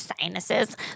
sinuses